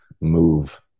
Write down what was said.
move